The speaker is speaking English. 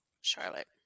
Charlotte